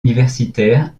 universitaire